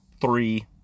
three